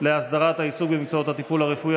להסדרת העיסוק במקצועות הטיפול הרפואי,